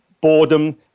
boredom